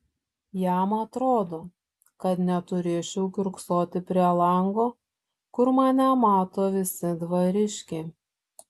jam atrodo kad neturėčiau kiurksoti prie lango kur mane mato visi dvariškiai